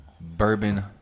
bourbon